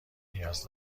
نیاز